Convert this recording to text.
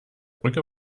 brücke